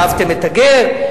ואהבתם את הגר,